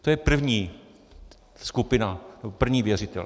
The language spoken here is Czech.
To je první skupina, první věřitel.